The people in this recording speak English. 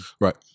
right